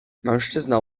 mężczyzna